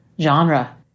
genre